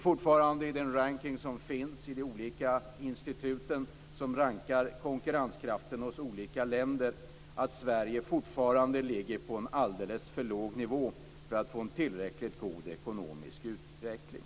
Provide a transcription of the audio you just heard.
Enligt den rankning som görs av de olika instituten när det gäller konkurrenskraften hos olika länder ligger Sverige fortfarande på en alldeles för låg nivå för att få en tillräckligt god ekonomisk utveckling.